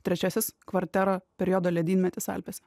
trečiasis kvartero periodo ledynmetis alpėse